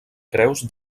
creus